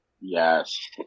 yes